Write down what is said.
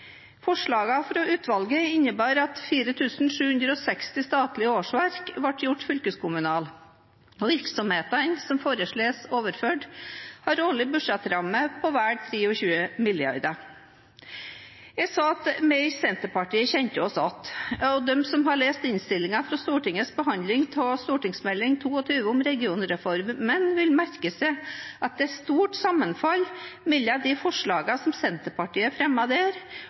fra utvalget innebar at 4 760 statlige årsverk ble gjort fylkeskommunale. Virksomhetene som ble foreslått overført, har årlige budsjettrammer på 23,5 mrd. kr. Jeg sa at vi i Senterpartiet kjente oss igjen. De som har lest innstillingene fra Stortingets behandling av Meld. St. 22 for 2015–2016, om regionreformen, vil merke seg at det er stort sammenfall mellom de forslagene som Senterpartiet fremmet der,